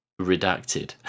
redacted